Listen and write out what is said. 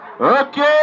Okay